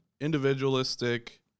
individualistic